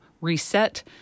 reset